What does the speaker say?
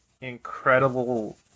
incredible